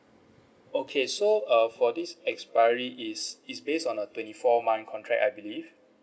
okay so uh for this expiry is is based on a twenty four month contract I believe